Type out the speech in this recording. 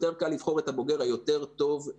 יותר קל לבחור את הבוגר הטוב יותר